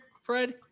Fred